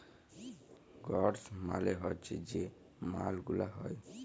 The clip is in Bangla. গুডস মালে হচ্যে যে মাল গুলা হ্যয়